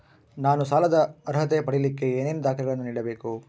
ನಾನು ಸಾಲದ ಅರ್ಹತೆ ಪಡಿಲಿಕ್ಕೆ ಏನೇನು ದಾಖಲೆಗಳನ್ನ ನೇಡಬೇಕು?